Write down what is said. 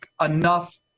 enough